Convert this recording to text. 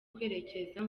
kwerekeza